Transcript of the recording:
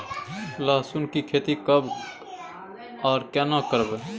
लहसुन की खेती कब आर केना करबै?